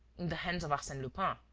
in the hands of arsene lupin.